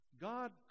God